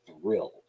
thrilled